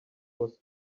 was